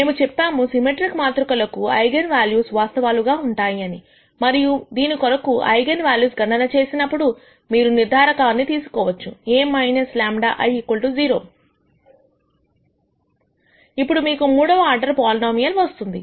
మేము చెప్పాము సిమెట్రిక్ మాతృక లకు ఐగన్ వాల్యూస్ వాస్తవాలుగా ఉంటాయి అని మరియు మీరు దీనికొరకు ఐగన్ వాల్యూస్ గణన చేసినప్పుడు మీరు నిర్ధారకమును తీసుకోవచ్చు A λ I 0అప్పుడు మీకు మూడవ ఆర్డర్ పోలినోమియల్ వస్తుంది